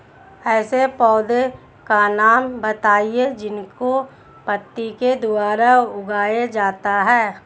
ऐसे पौधे का नाम बताइए जिसको पत्ती के द्वारा उगाया जाता है